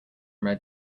red